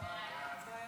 בעד,